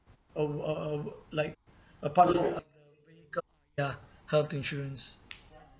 over~ o~ over~ like a partner to ya health insurance